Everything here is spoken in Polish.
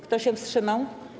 Kto się wstrzymał?